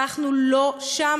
ואנחנו לא שם,